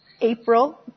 april